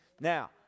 Now